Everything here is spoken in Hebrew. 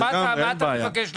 מה אתה מבקש לומר?